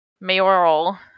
Mayoral